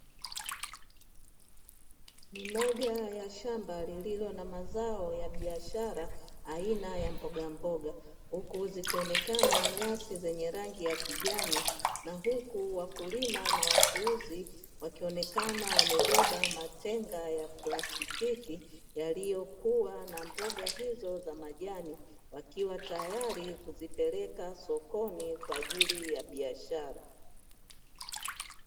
Ni moja ya shamba lililo na mazao ya biashara aina ya mboga mboga, huku zikionekana nyasi zenye rangi ya kijani na huku wakulima na wachuuzi wakionekana wamebeba matenga ya plastiki, yaliyo kuwa na mboga hizo za majani, wakiwa tayari kuzipeleka sokoni kwa ajili ya biashara.